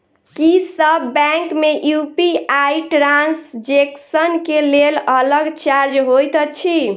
की सब बैंक मे UPI transaction केँ लेल अलग चार्ज होइत अछि?